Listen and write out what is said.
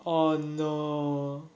oh no